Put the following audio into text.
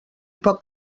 poc